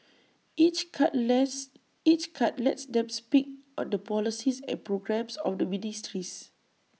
each cut lets each cut lets them speak on the policies and programmes of the ministries